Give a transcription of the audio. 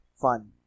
fun